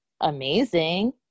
amazing